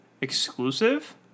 exclusive